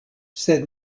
sed